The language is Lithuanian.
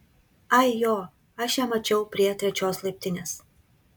ai jo aš ją mačiau prie trečios laiptinės